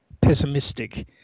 pessimistic